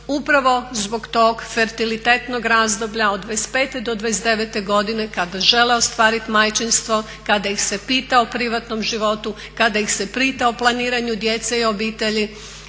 upravo zbog tog fertilitetnog razdoblja od 25. do 29. godine kada žele ostvariti majčinstvo, kada ih se pita o privatnom životu, kada ih se pita o planiranju djece i obitelji